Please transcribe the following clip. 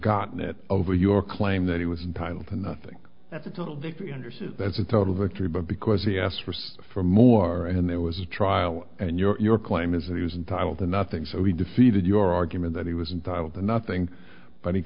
gotten it over your claim that he was entitled to nothing that's a total victory but because he asked for more and there was a trial and your claim is that he was entitled to nothing so he defeated your argument that he was entitled to nothing but he